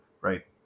right